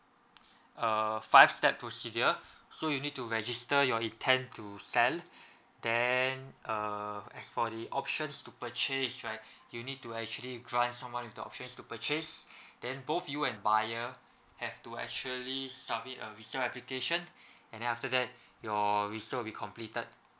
uh five step procedure so you need to register your intend to sell then err as for the options to purchase right you need to actually grant someone with the options to purchase then both you and buyer have to actually submit a resale application and then after that your resale will be completed